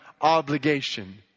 obligation